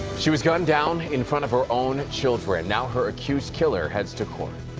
she was gunned down in front of her own children. now her accused killer heads to court.